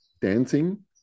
dancing